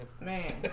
Man